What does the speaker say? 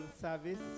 service